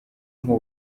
nk’u